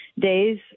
days